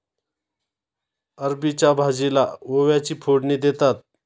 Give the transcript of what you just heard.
अरबीच्या भाजीला ओव्याची फोडणी देतात